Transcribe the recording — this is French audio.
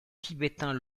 tibétains